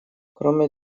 кроме